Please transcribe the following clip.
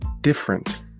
Different